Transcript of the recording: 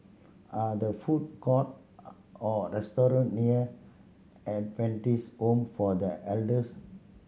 are the food court or restaurant near Adventist Home for The Elders